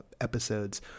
episodes